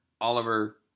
Oliver